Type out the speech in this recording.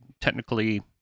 technically